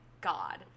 God